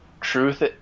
Truth